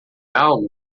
algo